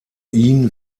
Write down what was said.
ihn